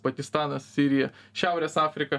pakistanas sirija šiaurės afrika